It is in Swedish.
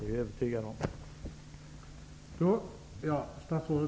Jag är övertygad om det.